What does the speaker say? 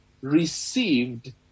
received